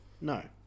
No